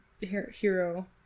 hero